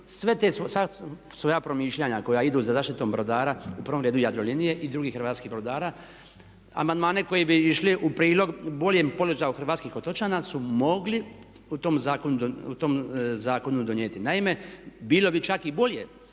sva svoja promišljanja koja idu sa zaštitom brodara u prvom redu Jadrolinije i drugih hrvatskih brodara, amandmane koji bi išli u prilog boljem položaju hrvatskih otočana su mogli u tom zakonu donijeti. Naime, bilo bi čak i bolje